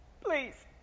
please